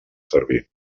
servir